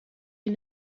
you